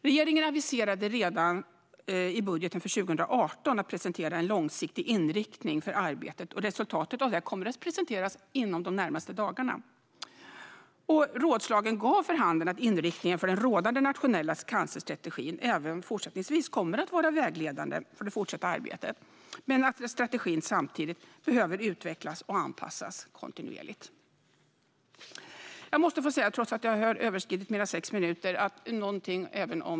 Regeringen aviserade redan i budgeten för 2018 att presentera en långsiktig inriktning för arbetet, och resultatet av det kommer att presenteras inom de närmaste dagarna. Rådslagen gav för handen att inriktningen för den rådande nationella cancerstrategin även fortsättningsvis kommer att vara vägledande för det fortsatta arbetet men att strategin samtidigt behöver utvecklas och anpassas kontinuerligt.